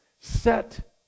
Set